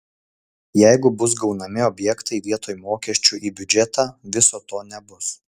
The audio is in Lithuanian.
jeigu bus gaunami objektai vietoj mokesčių į biudžetą viso to nebus